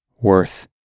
worth